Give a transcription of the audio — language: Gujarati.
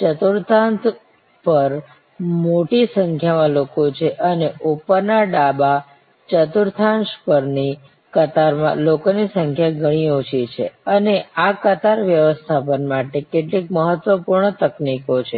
ચતુર્થાંશ પર મોટી સંખ્યામાં લોકો છે અને ઉપરના ડાબા ચતુર્થાંશ પરની કતારમાં લોકોની સંખ્યા ઘણી ઓછી છે અને આ કતાર વ્યવસ્થાપન માટે કેટલીક મહત્વપૂર્ણ તકનીકો છે